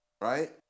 right